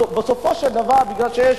בסופו של דבר, מכיוון שיש